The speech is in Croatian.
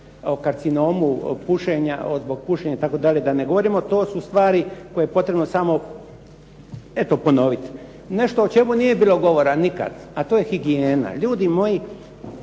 o karcinomu zbog pušenja itd. da ne govorimo. To su stvari koje je potrebno samo eto ponoviti. Nešto o čemu nije bilo govora nikad, a to je higijena. Ljudi moji,